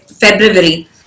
February